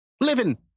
Living